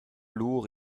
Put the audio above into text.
lourds